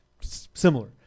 similar